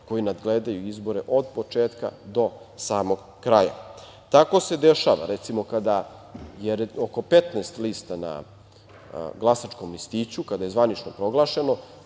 koji nadgledaju izbore od početka do samog kraja. Tako se dešava, recimo kada, jer oko 15 lista na glasačkom listiću, kada je zvanično proglašeno,